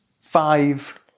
five